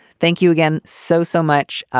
thank you again so, so much.